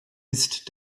ist